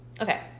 okay